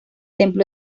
templo